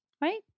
Right